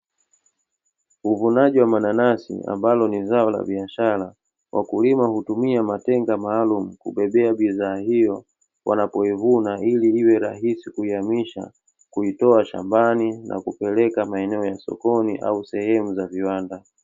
Uvunaji wa mananasi ambalo ni zao la biashara, wakulima hutumia matenga maalumu kubebea bidhaa hiyo wapoivuna, ili iwe rahisi kuihamisha, kuitoa shambani na kuipeleka sokoni au sehemu ya viwanda.